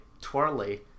twirly